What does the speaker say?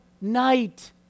night